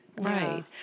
Right